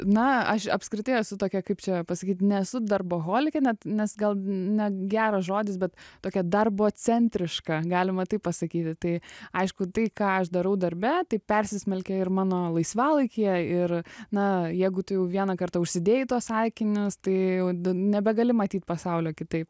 na aš apskritai esu tokia kaip čia pasakyt nesu darboholikė net nes gal ne geras žodis bet tokia darbo centriška galima taip pasakyti tai aišku tai ką aš darau darbe tai persismelkia ir mano laisvalaikyje na jeigu tu jau vieną kartą užsidėjai tuos akinius tai jau nebegali matyt pasaulio kitaip